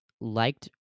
liked